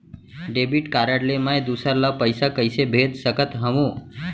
Debit card ले मैं दूसर ला पइसा कइसे भेज सकत हओं?